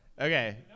Okay